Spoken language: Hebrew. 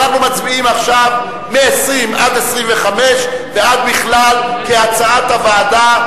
אנחנו מצביעים עכשיו מ-20 עד 25 ועד בכלל כהצעת הוועדה.